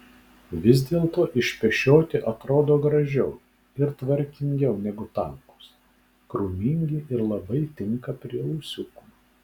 vis dėlto išpešioti atrodo gražiau ir tvarkingiau negu tankūs krūmingi ir labai tinka prie ūsiukų